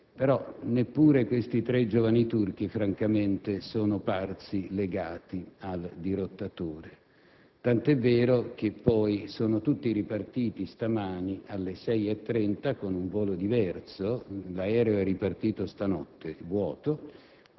però, neppure questi tre giovani turchi, francamente, sono parsi legati al dirottatore, tant'è vero che sono tutti ripartiti stamani alle ore 6,30 con un volo diverso, mentre l'aereo è ripartito stanotte vuoto.